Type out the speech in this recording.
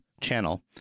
channel